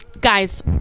Guys